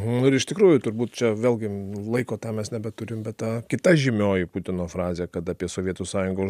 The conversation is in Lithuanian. nu ir iš tikrųjų turbūt čia vėlgi laiko tam mes nebeturim bet ta kita žymioji putino frazė kad apie sovietų sąjungos